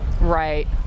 Right